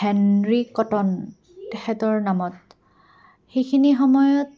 Henry Cotton তেখেতৰ নামত সেইখিনি সময়ত